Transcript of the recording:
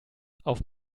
auf